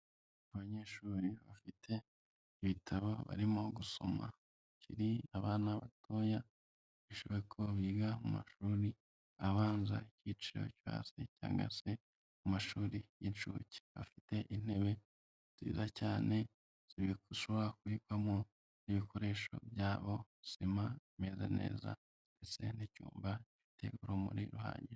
Abanyeshuri bafite ibitabo barimo gusoma, bakiri abana batoya, bishoboke ko biga mu mashuri abanza icyiciro cyo hasi cyangwa se mu mashuri y'incuke. Afite intebe nziza cyane zishobora kubikwamo ibikoresho byabo, sima imeze neza ndetse n'icyumba gifite urumuri ruhagije.